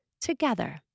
together